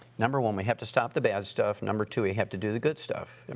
number one, we have to stop the bad stuff. number two, we have to do the good stuff. and